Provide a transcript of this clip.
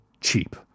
cheap